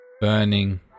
Burning